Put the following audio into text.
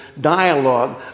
dialogue